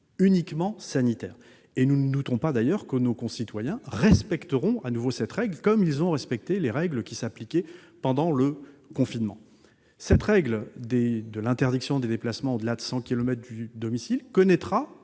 un but sanitaire. Nous ne doutons d'ailleurs pas que nos concitoyens respecteront une fois de plus cette règle, comme ils ont respecté les règles qui s'appliquaient pendant le confinement. Cette règle de l'interdiction des déplacements au-delà de 100 kilomètres du domicile connaîtra